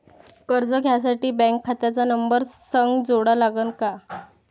कर्ज घ्यासाठी बँक खात्याचा नंबर संग जोडा लागन का?